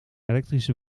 elektrische